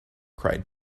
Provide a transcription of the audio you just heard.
cried